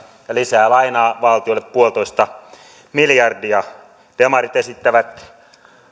lisää lainaa valtiolle yksi pilkku viisi miljardia demarit esittävät